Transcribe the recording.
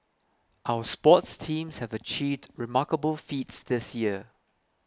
our sports teams have achieved remarkable feats this year